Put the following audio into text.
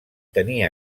tenir